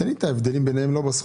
תן לי את ההבדלים ביניהם לא בסכומים.